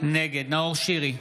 נגד נאור שירי,